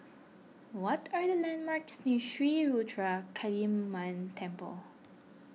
what are the landmarks near Sri Ruthra Kaliamman Temple